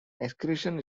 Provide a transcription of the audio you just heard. excretion